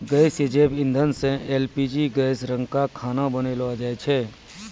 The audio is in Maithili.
गैसीय जैव इंधन सँ एल.पी.जी गैस रंका खाना बनैलो जाय छै?